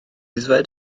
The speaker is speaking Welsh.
ddweud